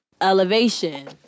elevation